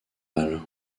mal